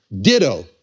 Ditto